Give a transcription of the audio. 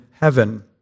heaven